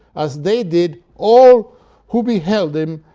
as they did, all who beheld him,